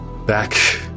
Back